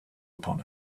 upon